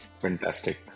Fantastic